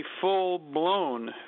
full-blown